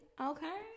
Okay